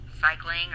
cycling